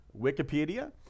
Wikipedia